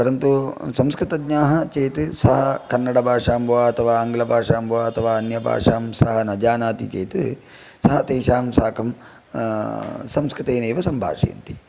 परन्तु संस्कृतज्ञाः चेत् सः कन्नडभाषां वा अथवा अङ्ग्लभाषां वा अथवा अन्यभाषां सः न जनाति चेत् सः तेषां साकं संस्कृतेनैव सम्भाषयन्ति